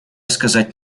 сказать